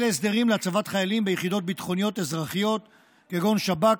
אלה הסדרים להצבת חיילים ביחידות ביטחוניות אזרחיות כגון שב"כ,